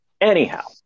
Anyhow